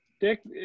Dick